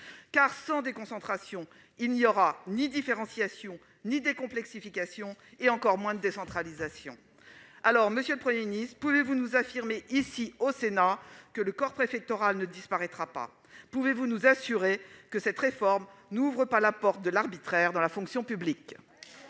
Car, sans déconcentration, il n'y aura ni différenciation, ni décomplexification, et encore moins de décentralisation ! Monsieur le Premier ministre, pouvez-vous nous affirmer, ici, au Sénat, que le corps préfectoral ne disparaîtra pas ? Pouvez-vous nous assurer que cette réforme n'ouvre pas la porte à l'arbitraire dans la fonction publique ?